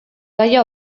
gaia